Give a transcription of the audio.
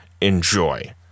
enjoy